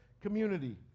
community